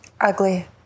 ugly